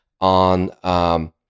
on